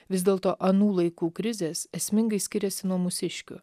vis dėlto anų laikų krizės esmingai skiriasi nuo mūsiškių